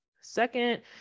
Second